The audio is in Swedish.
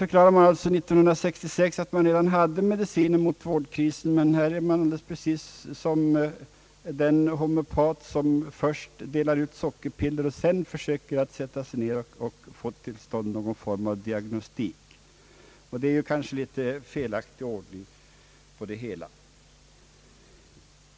År 1966 förklarar man alltså att det finns en medicin mot vårdkrisen, och jag får därför nu intrycket att det är precis samma sak som när en homeopat först delar ut sockerpiller och därefter sätter sig ned och försöker få till stånd någon form av diagnostik. Det är en något felaktig ordning.